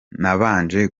nabanje